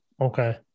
okay